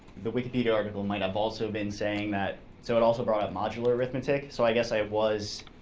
the wikipedia article might have also been saying that so it also brought up modular arithmetic, so i guess i was,